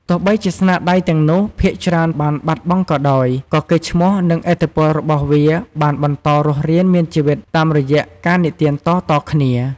ទោះបីជាស្នាដៃទាំងនោះភាគច្រើនបានបាត់បង់ក៏ដោយ ក៏កេរ្តិ៍ឈ្មោះ និងឥទ្ធិពលរបស់វាបានបន្តរស់រានមានជីវិតតាមរយៈការនិទានតៗគ្នា។